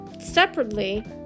separately